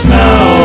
now